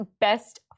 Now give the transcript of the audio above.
best